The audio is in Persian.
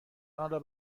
آنرا